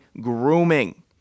grooming